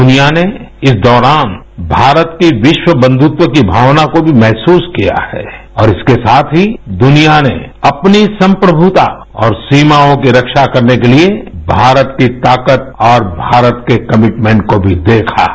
दुनिया ने इस दौरान भारत की विश्व बंधत्व की भावना को भी महसूस किया है और इसके साथ ही दुनिया ने अपनी संप्रमुता और सीमाओं की रक्षा करने के लिए भारत की ताकत और भारत के कमिटमेंट को भी देखा है